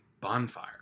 bonfire